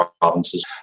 provinces